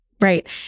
Right